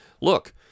Look